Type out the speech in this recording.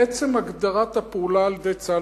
בעצם הגדרת הפעולה על-ידי צה"ל,